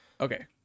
okay